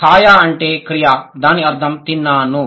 ఖయా అంటే క్రియ దాని అర్థం తిన్నాను